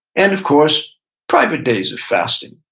and of course private days of fasting.